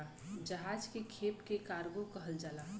जहाज के खेप के कार्गो कहल जाला